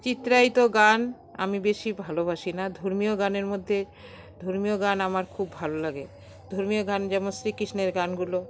চিত্রায়িত গান আমি বেশি ভালোবাসি না ধর্মীয় গানের মধ্যে ধর্মীয় গান আমার খুব ভালো লাগে ধর্মীয় গান যেমন শ্রীকৃষ্ণের গানগুলো